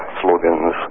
slogans